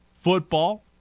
football